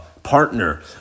Partner